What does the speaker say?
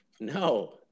No